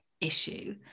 issue